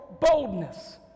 boldness